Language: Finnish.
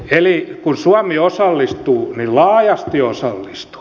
eli kun suomi osallistuu niin laajasti osallistuu